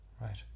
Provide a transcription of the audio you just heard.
Right